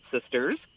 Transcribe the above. sisters